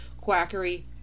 quackery